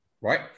right